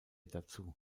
dazu